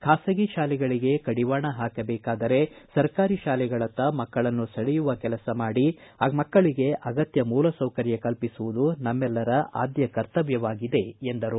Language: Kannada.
ಖಾಸಗಿ ಶಾಲೆಗಳಗೆ ಕಡಿವಾಣ ಹಾಕಬೇಕಾದರೆ ಸರ್ಕಾರಿ ಶಾಲೆಗಳತ್ತ ಮಕ್ಕಳನ್ನು ಸೆಳೆಯುವ ಕೆಲಸ ಮಾಡಿ ಮಕ್ಕಳಿಗೆ ಅಗತ್ತ ಮೂಲ ಸೌಕರ್ಯ ಕಲ್ಪಿಸುವುದು ನಮ್ಮೆಲ್ಲರ ಆದ್ಯ ಕರ್ತವ್ಯವಾಗಿದೆ ಎಂದರು